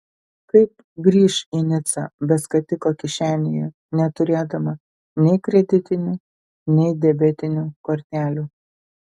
kaip grįš į nicą be skatiko kišenėje neturėdama nei kreditinių nei debetinių kortelių